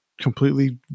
completely